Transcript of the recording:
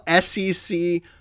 SEC